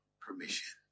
permission